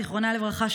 זיכרונה לברכה,